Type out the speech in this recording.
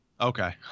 Okay